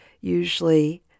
usually